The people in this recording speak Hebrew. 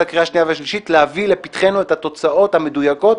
עד הקריאה השנייה והשלישית להביא לפתחנו את התוצאות המדויקות,